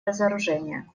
разоружение